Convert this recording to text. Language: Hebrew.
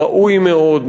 ראוי מאוד,